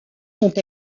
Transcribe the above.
sont